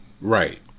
Right